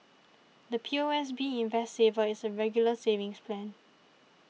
the P O S B Invest Saver is a Regular Savings Plan